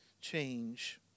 change